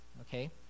okay